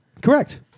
correct